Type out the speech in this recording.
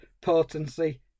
potency